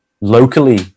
locally